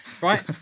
Right